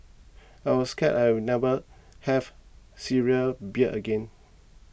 I was scared I'd never have Syrian beer again